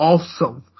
Awesome